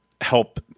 help